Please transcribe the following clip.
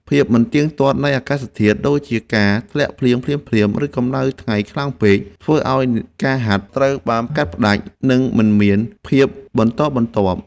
ភាពមិនទៀងទាត់នៃអាកាសធាតុ ដូចជាការធ្លាក់ភ្លៀងភ្លាមៗ ឬកម្ដៅថ្ងៃខ្លាំងពេក ធ្វើឱ្យការហាត់ត្រូវបានកាត់ផ្ដាច់ និងមិនមានភាពបន្តបន្ទាប់។